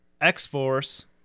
X-Force